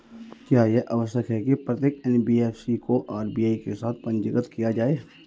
क्या यह आवश्यक है कि प्रत्येक एन.बी.एफ.सी को आर.बी.आई के साथ पंजीकृत किया जाए?